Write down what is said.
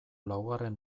laugarren